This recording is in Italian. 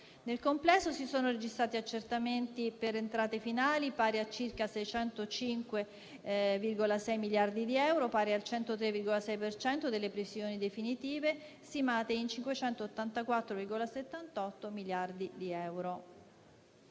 Nel complesso, si sono registrati accertamenti per entrate finali pari a circa 605,6 miliardi di euro, pari al 103,6 per cento delle previsioni definitive, stimate in 584,78 miliardi di euro.